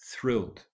thrilled